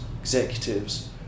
executives